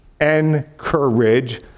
encourage